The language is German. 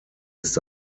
ist